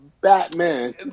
Batman